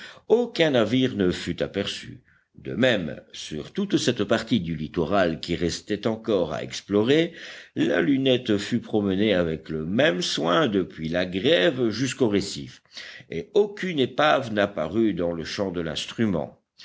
aucun navire ne fut aperçu de même sur toute cette partie du littoral qui restait encore à explorer la lunette fut promenée avec le même soin depuis la grève jusqu'aux récifs et aucune épave n'apparut dans le champ de l'instrument